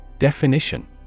Definition